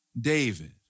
David